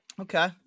okay